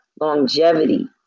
longevity